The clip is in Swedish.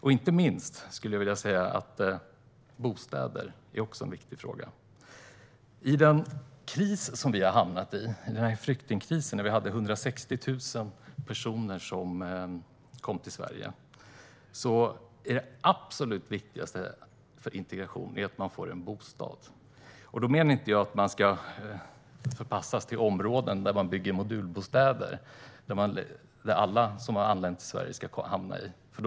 Jag skulle också vilja säga att inte minst bostäder är en viktig fråga. I den flyktingkris som vi har hamnat i, när det var 160 000 personer som kom till Sverige, är det absolut viktigaste för integration att människor får en bostad. Då menar jag inte att de ska förpassas till områden där man bygger modulbostäder och att alla som har anlänt till Sverige ska hamna där.